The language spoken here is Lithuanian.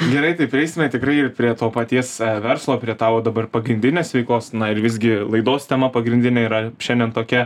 gerai tai prieisime tikrai ir prie to paties verslo prie tavo dabar pagrindinės veiklos na ir visgi laidos tema pagrindinė yra šiandien tokia